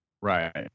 Right